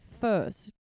first